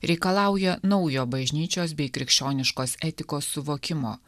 reikalauja naujo bažnyčios bei krikščioniškos etikos suvokimo